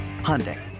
Hyundai